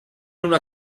una